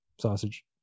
sausage